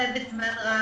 ונסחבת זה זמן רב.